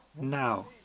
Now